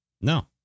No